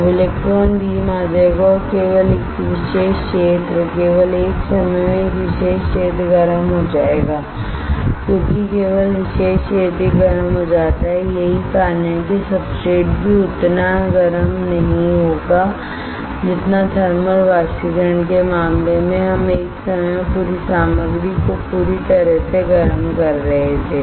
अब electron beam आ जाएगा और केवल एक विशेष क्षेत्र केवल एक समय में एक विशेष क्षेत्र गर्म हो जाएगा क्योंकि केवल विशेष क्षेत्र ही गर्म हो जाता है यही कारण है कि सब्सट्रेट भी उतना गर्म नहीं होगा जितना थर्मलवाष्पीकरण के मामले में हम एक समय में पूरी सामग्री को पूरी तरह से गर्म कर रहे थे